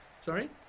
Sorry